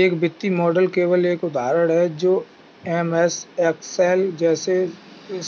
एक वित्तीय मॉडल केवल एक उपकरण है जो एमएस एक्सेल जैसे